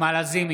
נעמה לזימי,